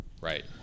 Right